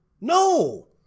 no